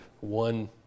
One